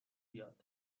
بیاد